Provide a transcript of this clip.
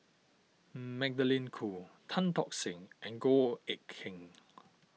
Magdalene Khoo Tan Tock Seng and Goh Eck Kheng